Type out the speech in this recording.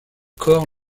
corps